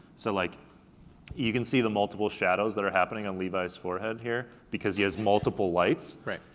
so like you can see the multiple shadows that are happening on levi's forehead here, because he has multiple lights. right.